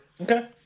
Okay